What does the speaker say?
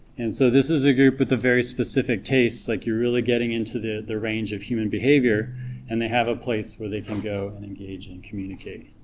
and so this is a group with a very specific taste, like you're really getting into the full range of human behavior and they have a place where they can go and engage and communicate